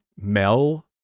Mel